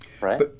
Right